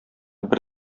бер